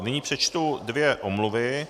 Nyní přečtu dvě omluvy.